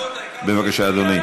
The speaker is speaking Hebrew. בבקשה, אדוני.